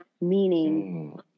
meaning